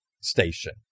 station